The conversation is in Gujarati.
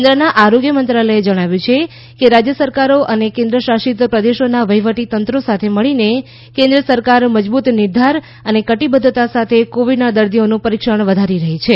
કેન્દ્રના આરોગ્ય મંત્રાલયે જણાવ્યું છે કે રાજય સરકારો અને કેન્દ્ર શાસિત પ્રદેશોના વહીવટીતંત્રો સાથે મળીને કેન્દ્ર સરકાર મજબુત નિર્ધાર અને કટીબધ્ધતા સાથે કોવીડના દર્દીઓનું પરીક્ષણ વધારી રહી છે